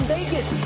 Vegas